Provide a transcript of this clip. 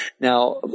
Now